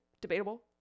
Debatable